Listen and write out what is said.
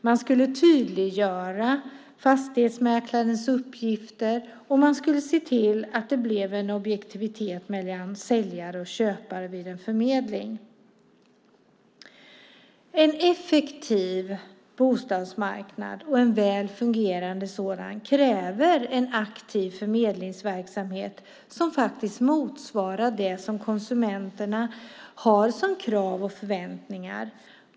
Man skulle tydliggöra fastighetsmäklarens uppgifter, och man skulle se till att det blev en objektivitet mellan säljare och köpare vid en förmedling. En effektiv och väl fungerande bostadsmarknad kräver en aktiv förmedlingsverksamhet som motsvarar konsumenternas krav och förväntningar.